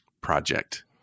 project